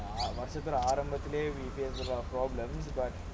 இந்த வருஷதுல ஆரம்பத்துலே:intha varushathula aarambathulae we face a lot of problems but